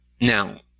Now